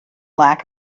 lack